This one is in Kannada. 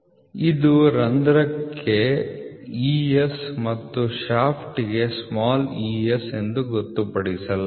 ಇದನ್ನು ರಂಧ್ರಕ್ಕೆ ES ಮತ್ತು ಶಾಫ್ಟ್ಗೆ es ಎಂದು ಗೊತ್ತುಪಡಿಸಲಾಗಿದೆ